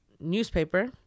newspaper